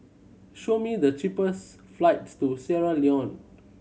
show me the cheapest flights to Sierra Leone